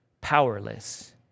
powerless